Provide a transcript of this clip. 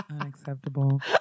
Unacceptable